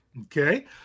Okay